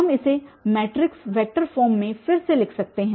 हम इसे matrix vector form में फिर से लिख सकते हैं